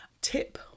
Tip